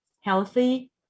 healthy